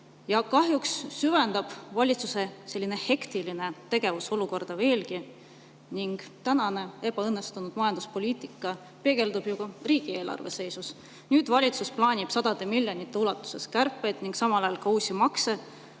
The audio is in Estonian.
kahjuks süvendab valitsuse selline hektiline tegevus olukorda veelgi ning praegune ebaõnnestunud majanduspoliitika peegeldub ju ka riigieelarve seisus. Nüüd plaanib valitsus sadade miljonite ulatuses kärpeid ning samal ajal ka uusi makse,